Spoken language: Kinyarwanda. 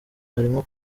harimo